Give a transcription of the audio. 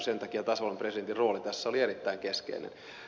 sen takia tasavallan presidentin rooli tässä oli erittäin keskeinen